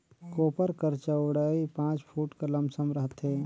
कोपर कर चउड़ई पाँच फुट कर लमसम रहथे